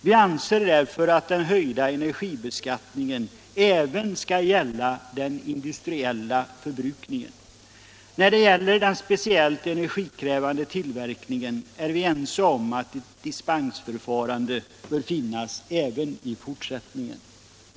Vi anser därför att den höjda energibeskattningen även skall gälla den industriella förbrukningen. När det gäller den speciellt energikrävande tillverkningen är vi ense om att ett dispensförfarande bör finnas även i fortsättningen.